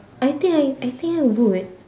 I think I I think I'll do it